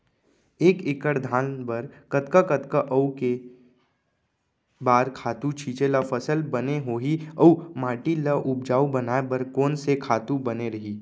एक एक्कड़ धान बर कतका कतका अऊ के बार खातू छिंचे त फसल बने होही अऊ माटी ल उपजाऊ बनाए बर कोन से खातू बने रही?